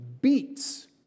beats